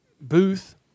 booth